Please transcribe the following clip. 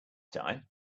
time